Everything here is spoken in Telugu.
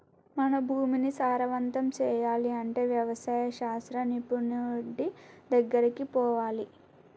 మన భూమిని సారవంతం చేయాలి అంటే వ్యవసాయ శాస్త్ర నిపుణుడి దెగ్గరికి పోవాలి